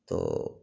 ତ